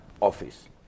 office